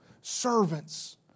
servants